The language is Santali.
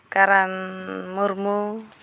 ᱠᱟᱨᱟᱱ ᱢᱩᱨᱢᱩ